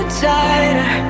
tighter